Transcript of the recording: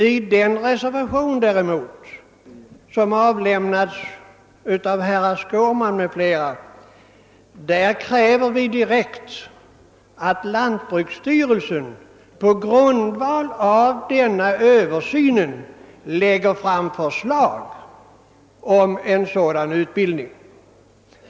I den reservation däremot som avlämnats av herr Skårman m.fl. kräver vi direkt att lantbruksstyrelsen på grundval av denna översyn lägger fram förslag om en sådan utbildning.